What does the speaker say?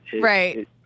right